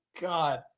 God